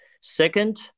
Second